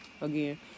again